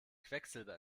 quecksilber